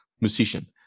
musician